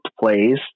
plays